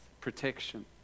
protection